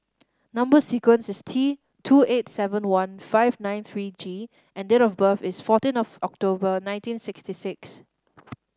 number sequence is T two eight seven one five nine three G and date of birth is fourteen of October nineteen sixty six